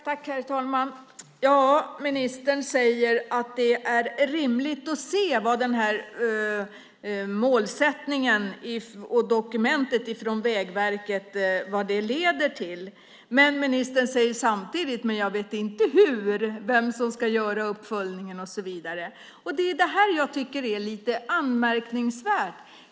Herr talman! Ministern säger att det är rimligt att se vad den här målsättningen och dokumentet från Vägverket leder till. Men ministern säger samtidigt att han inte vet vem som ska göra uppföljningen och hur den ska ske. Jag tycker att det är lite anmärkningsvärt.